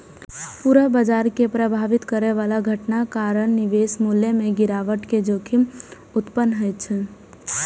पूरा बाजार कें प्रभावित करै बला घटनाक कारण निवेश मूल्य मे गिरावट के जोखिम उत्पन्न होइ छै